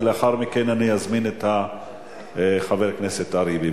ולאחר מכן אני אזמין את חבר הכנסת אריה ביבי.